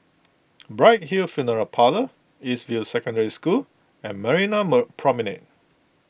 Bright Hill Funeral Parlour East View Secondary School and Marina Promenade